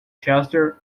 chester